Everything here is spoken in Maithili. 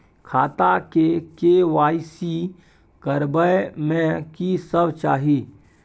खाता के के.वाई.सी करबै में की सब चाही?